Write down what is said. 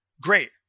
Great